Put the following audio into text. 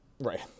Right